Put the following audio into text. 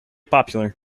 popular